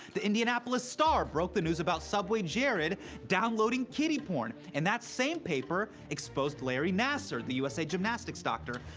the indianapolis star broke the news about subway jared downloading kiddie porn. and that same paper exposed larry nassar, the u s a. gymnastics doctor.